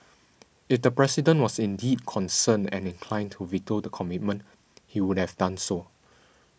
if the President was indeed concerned and inclined to veto the commitment he would have done so